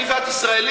אני ואת ישראלים.